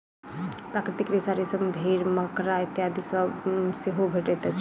प्राकृतिक रेशा रेशम, भेंड़, मकड़ा इत्यादि सॅ सेहो भेटैत अछि